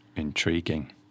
intriguing